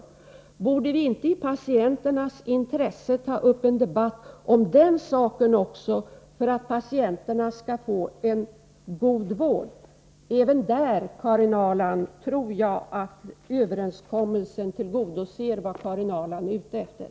Borde vi inte i patienternas intresse ta upp en debatt om den saken också, för att patienterna skall få en god vård?” Även på den punkten, Karin Ahrland, tror jag att den här överenskommelsen tillgodoser vad Karin Ahrland är ute efter.